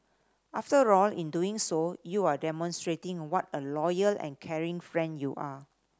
after all in doing so you are demonstrating what a loyal and caring friend you are